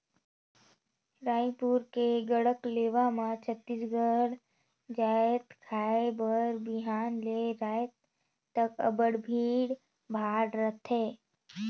रइपुर के गढ़कलेवा म छत्तीसगढ़ जाएत खाए बर बिहान ले राएत तक अब्बड़ भीड़ भाड़ रहथे